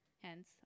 Hence